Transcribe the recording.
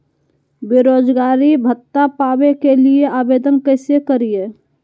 बेरोजगारी भत्ता पावे के लिए आवेदन कैसे करियय?